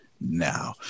now